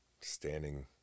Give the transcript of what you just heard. standing